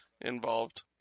involved